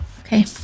Okay